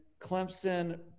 Clemson